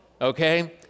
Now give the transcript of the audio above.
Okay